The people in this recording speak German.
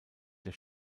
der